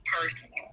personal